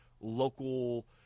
local